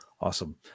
Awesome